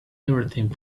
everything